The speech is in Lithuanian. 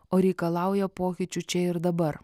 o reikalauja pokyčių čia ir dabar